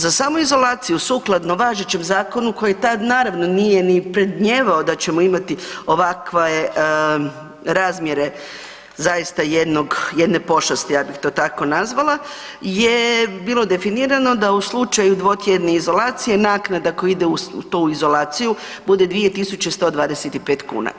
Za samoizolaciju, sukladno važećem zakonu, koji tad, naravno nije ni predmnijevao da ćemo imati ovakve razmjere zaista, jednog, jedne pošasti, ja bih to tako nazvala je bilo definirano da u slučaju dvotjedna izolacije, naknada tko ide u tu izolaciju, bude 2125 kuna.